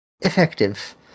effective